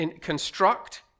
construct